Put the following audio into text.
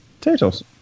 potatoes